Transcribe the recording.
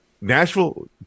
Nashville